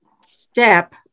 step